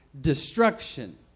destruction